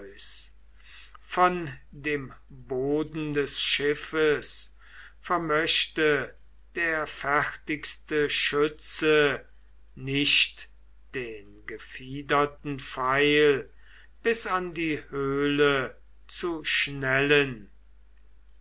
von dem boden des schiffes vermöchte der fertigste schütze nicht den gefiederten pfeil bis an die höhle zu schnellen